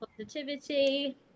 positivity